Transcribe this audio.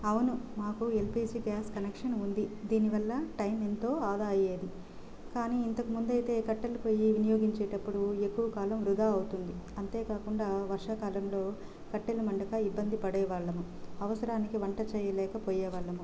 అవును మాకు LPG gas connection ఉంది దీని వల్ల టైం ఎంతో ఆదా అయ్యేది కానీ ఇంతకు ముందైతే కట్టెలు పొయ్యి వినియోగించేటప్పుడు ఎక్కువ కాలం వృధా అవుతుంది అంతే కాకుండా వర్షాకాలంలో కట్టెలు మండక ఇబ్బంది పడేవాళ్ళము అవసరానికి వంట చేయలేకపోయే వాళ్ళము